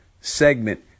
segment